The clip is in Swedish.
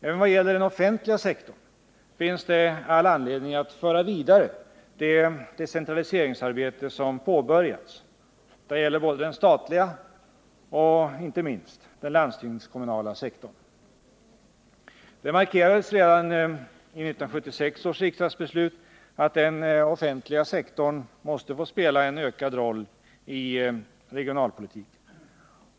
Även när det gäller den offentliga sektorn finns det all anledning att föra vidare det decentraliseringsarbete som påbörjats — och detta gäller både den statliga och inte minst den landstingskommunala sektorn. Det markerades redan i 1976 års riksdagsbeslut att den offentliga sektorn måste få spela en ökad roll i regionalpolitiken.